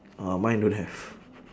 ah mine don't have